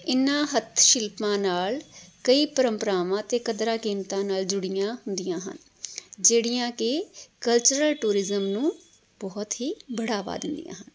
ਇਹਨਾਂ ਹੱਥ ਸ਼ਿਲਪਾ ਨਾਲ ਕਈ ਪਰੰਪਰਾਵਾਂ ਅਤੇ ਕਦਰਾਂ ਕੀਮਤਾਂ ਨਾਲ ਜੁੜੀਆਂ ਹੁੰਦੀਆਂ ਹਨ ਜਿਹੜੀਆਂ ਕਿ ਕਲਚਰਲ ਟੂਰਿਜ਼ਮ ਨੂੰ ਬਹੁਤ ਹੀ ਬੜਾਵਾ ਦਿੰਦੀਆਂ ਹਨ